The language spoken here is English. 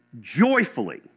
joyfully